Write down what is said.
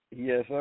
Yes